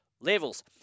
Levels